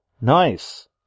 nice